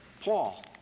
Paul